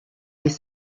les